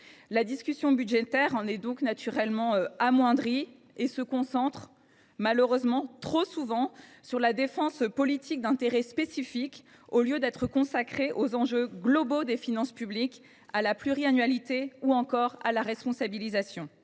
La discussion budgétaire en est naturellement amoindrie et se concentre trop souvent, malheureusement, sur la défense politique d’intérêts spécifiques, au lieu d’être consacrée aux enjeux globaux des finances publiques, à la pluriannualité ou à la responsabilisation.